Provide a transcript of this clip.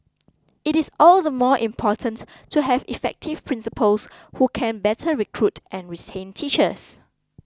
it is all the more important to have effective principals who can better recruit and retain teachers